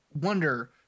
wonder